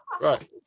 Right